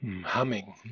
Humming